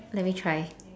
let me try